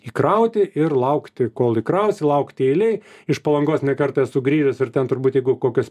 įkrauti ir laukti kol įkrausi laukti eilėj iš palangos ne kartą esu grįžęs ir ten turbūt jeigu kokios